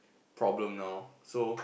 problem now so